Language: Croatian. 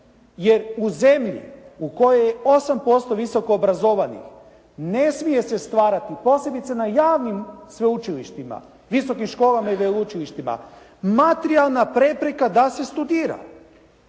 jer u zemlji u kojoj je 8% visoko obrazovanih ne smije se stvarati posljedica na javnim sveučilištima, visokim školama i veleučilištima materijalna prepreka da se studira.